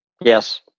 Yes